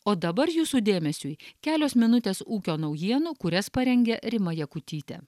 o dabar jūsų dėmesiui kelios minutės ūkio naujienų kurias parengė rima jakutytė